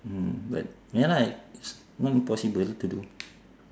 mm but ya lah it's not impossible to do